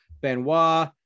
Benoit